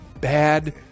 Bad